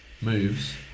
moves